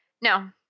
No